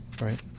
right